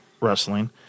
Wrestling